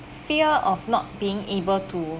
fear of not being able to